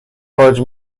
خارج